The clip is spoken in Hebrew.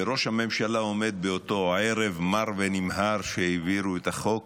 וראש הממשלה עומד באותו הערב מר ונמהר שבו העבירו את החוק